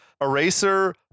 Eraser